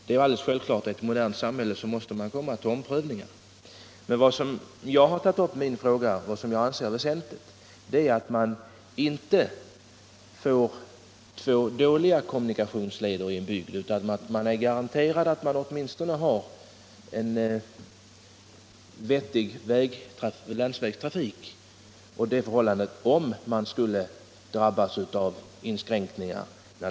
Det är alldeles självklart med omprövningar i ett modernt samhälle. Vad jag tagit upp i min fråga och anser är väsentligt är att det inte blir två dåliga kommunikationsleder i en bygd, utan att det skapas garantier för åtminstone en vettig trafikled — om järnvägsdelen skulle drabbas av inskränkningar.